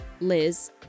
Liz